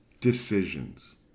decisions